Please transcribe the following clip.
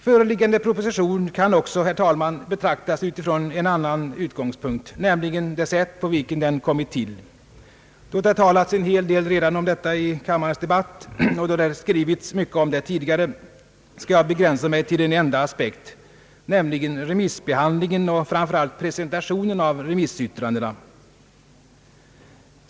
Föreliggande proposition kan också, herr talman, betraktas utifrån en helt annan utgångspunkt, nämligen det sätt på vilket den kommit till. Då det talats en hel del om detta i kammarens debatt och det skrivits mycket om det tidigare skall jag begränsa mig till en enda aspekt, nämligen remissbehandlingen och framför allt presentationen av remissyttrandena.